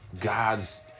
God's